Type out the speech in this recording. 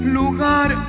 lugar